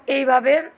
এইভাবে